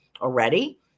already